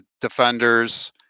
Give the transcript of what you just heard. defenders